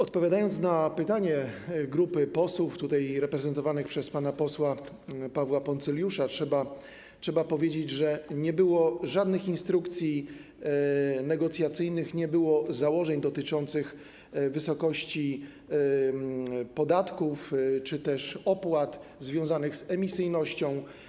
Odpowiadając na pytanie grupy posłów reprezentowanych przez pana posła Pawła Poncyljusza, muszę powiedzieć, że nie było żadnych instrukcji negocjacyjnych, nie było założeń dotyczących wysokości podatków czy też opłat związanych z emisyjnością.